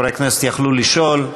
חברי הכנסת יכלו לשאול,